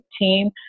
team